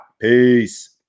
Peace